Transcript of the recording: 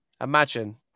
imagine